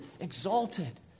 exalted